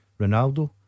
Ronaldo